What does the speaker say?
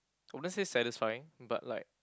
oh let's say satisfying but like